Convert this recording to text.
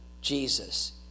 Jesus